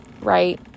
right